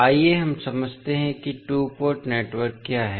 आइए हम समझते हैं कि टू पोर्ट नेटवर्क क्या हैं